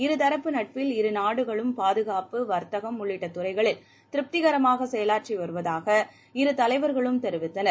இருதரப்பு நட்பில் இரு நாடுகளும் பாதுகாப்பு வர்த்தகம் உள்ளிட்ட துறைகளில் திருப்திகரமாக செயலாற்றி வருவதாக இரு தலைவர்களும் தெரிவித்தனர்